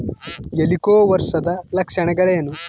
ಹೆಲಿಕೋವರ್ಪದ ಲಕ್ಷಣಗಳೇನು?